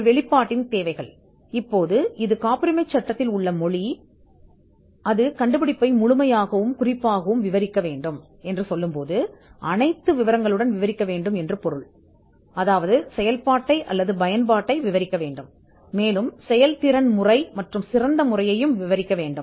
ஒரு வெளிப்பாட்டின் தேவைகள் இப்போது இது காப்புரிமைச் சட்டத்தில் உள்ள மொழி இது கண்டுபிடிப்பை முழுமையாகவும் குறிப்பாகவும் விவரிக்க வேண்டும் குறிப்பாக இது விவரங்களுடன் ஒரு விவரிக்கப்பட வேண்டும் இது செயல்பாட்டை அல்லது பயன்பாட்டை விவரிக்க வேண்டும் அது வேண்டும் செயல்திறன் முறை மற்றும் சிறந்த முறையை விவரிக்கவும்